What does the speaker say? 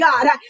God